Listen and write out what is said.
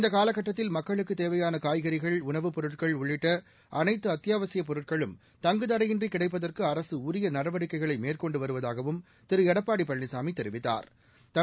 இந்த காலகட்டத்தில் மக்களுக்குத் தேவையான காய்கறிகள் உணவுப் பொருட்கள் உள்ளிட்ட அனைத்து அத்தியாவசியப் பொருட்களும் தங்கு தடையின்றி கிடைப்பதற்கு அரசு உரிய நடவடிக்கைகளை மேற்கொண்டு வருவதாகவும் திரு எடப்பாடி பழனிசாமி தெரிவித்தாா்